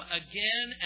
again